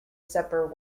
supper